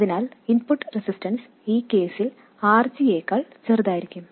അതിനാൽ input resistance ഈ കേസിൽ RG യെക്കാൾ ചെറുതായിരിക്കും